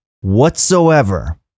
whatsoever